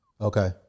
Okay